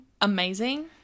Amazing